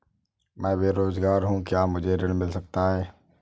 मैं बेरोजगार हूँ क्या मुझे ऋण मिल सकता है?